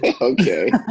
okay